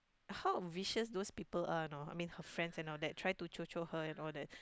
how vicious those people are you know I mean her friends and all that try to cocok her and all that